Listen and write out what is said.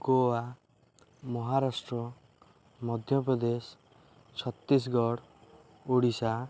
Goa Maharashtra Madhya Pradesh Chhattisgarh Odisha